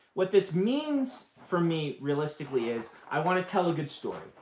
what this means for me, realistically, is i want to tell a good story,